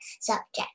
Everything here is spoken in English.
subject